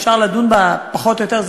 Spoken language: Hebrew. אפשר לדון בה פחות או יותר,